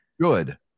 Good